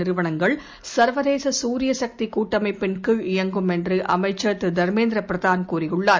நிறுவனங்கள் சர்வதேச சூரிய சக்தி கூட்டனப்பின் கீழ் இயங்கும் என்று அமைச்சர் திரு தர்மேந்திர பிரதான் கூறியுள்ளார்